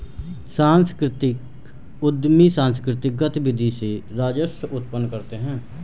सांस्कृतिक उद्यमी सांकृतिक गतिविधि से राजस्व उत्पन्न करते हैं